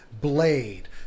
Blade